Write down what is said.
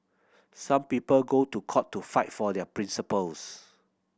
some people go to court to fight for their principles